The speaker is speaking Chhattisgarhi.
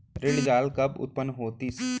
ऋण जाल कब उत्पन्न होतिस?